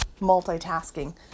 multitasking